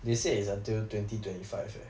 they said is until twenty twenty five leh